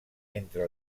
entre